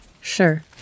Sure